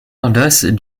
endosse